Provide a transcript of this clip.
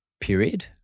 period